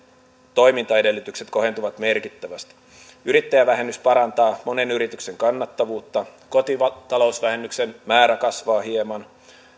toimintaedellytykset kohentuvat merkittävästi yrittäjävähennys parantaa monen yrityksen kannattavuutta kotitalousvähennyksen määrä kasvaa hieman